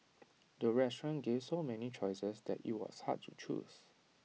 the restaurant gave so many choices that IT was hard to choose